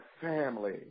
family